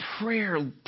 prayer